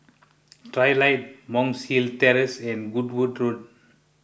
Trilight Monk's Hill Terrace and Goodwood Road